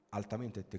altamente